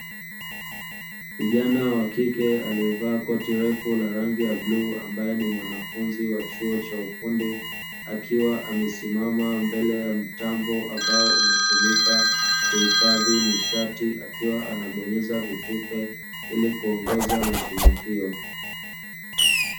Kijana wa kike, aliyevaa koti refu la rangi ya bluu, ambaye ni mwanafunzi wa chuo cha ufundi, akiwa amesimama mbele ya mtambo, ambao unatumika kuhifadhi nishati, akiwa anabonyeza vitufe ili kuongoza mashine hiyo.